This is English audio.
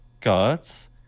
gods